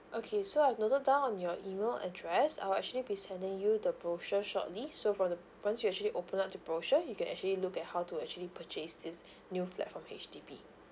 okay so I've noted down on your email address I'll actually be sending you the brochure shortly so from the once you actually open up the brochure you can actually look at how to actually purchase this new flat from H_D_B